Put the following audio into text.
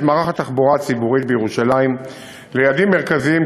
מערך התחבורה הציבורית בירושלים ליעדים מרכזיים,